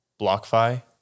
BlockFi